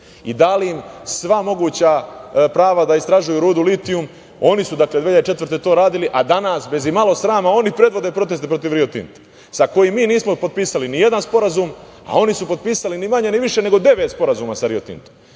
i dali im sva moguća prava da istražuju rudu litijum. Oni su, dakle, 2004. godine to radili, a danas bez imalo srama oni predvode proteste protiv Rio Tinta, sa kojim mi nismo potpisali nijedan sporazum, a oni su potpisali ni manje ni više nego devet sporazuma sa Rio Tintom. Da